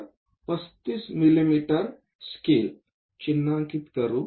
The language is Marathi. तर 35 मिमी स्केल चिन्हांकित करू